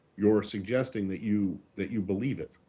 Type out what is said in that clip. you're suggesting that you that you believe it.